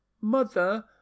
mother